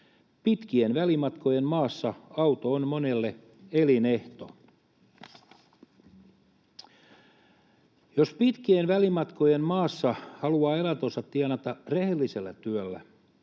Pitkien välimatkojen maassa auto on monelle elinehto. Jos pitkien välimatkojen maassa haluaa elantonsa tienata rehellisellä työllä,